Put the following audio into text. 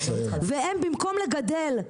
והם במקום לגדל,